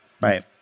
Right